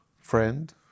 friend